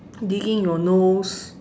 digging your nose